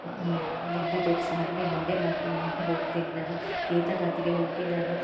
ಮುಂದೆ ದೊಡ್ಡ ಸಾಧ್ನೆ ಮಾಡೇ ಮಾಡ್ತೀನಿ ಆಗ ಹೋಗ್ತೀನಿ ನಾನು ಕೇದರ್ನಾಥ್ಗೆ ಹೋಗಿ ನಾನು